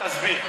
תסביר.